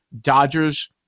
Dodgers